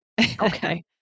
Okay